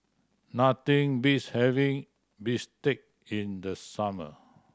nothing beats having bistake in the summer